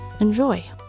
Enjoy